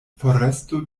foresto